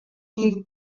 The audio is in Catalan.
qui